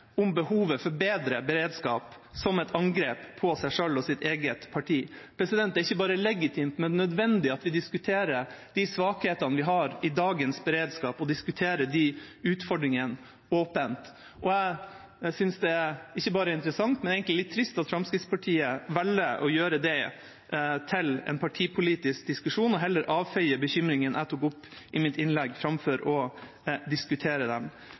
angrep på seg selv og sitt eget parti. Det er ikke bare legitimt, men nødvendig at vi diskuterer de svakhetene vi har i dagens beredskap, og diskuterer de utfordringene åpent. Jeg synes det ikke bare er interessant, men egentlig litt trist at Fremskrittspartiet velger å gjøre det til en partipolitisk diskusjon og heller avfeier bekymringen jeg tok opp i mitt innlegg, framfor å diskutere den.